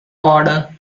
order